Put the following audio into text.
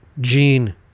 Gene